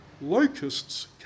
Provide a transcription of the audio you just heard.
locusts